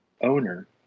owner